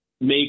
make